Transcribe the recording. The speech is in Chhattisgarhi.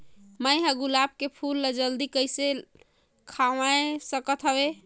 मैं ह गुलाब के फूल ला जल्दी कइसे खवाय सकथ हवे?